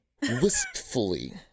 Wistfully